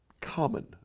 common